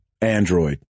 Android